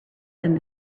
than